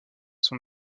son